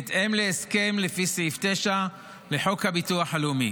בהתאם להסכם לפי סעיף 9 לחוק הביטוח הלאומי.